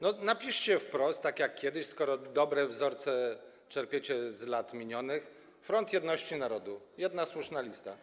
Napiszcie wprost, tak jak kiedyś, skoro dobre wzorce czerpiecie z lat minionych: Front Jedności Narodu - jedynie słuszna lista.